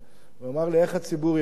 הוא אמר לי: איך הציבור יגיב?